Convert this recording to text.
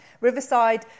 Riverside